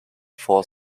four